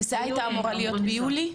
ביולי.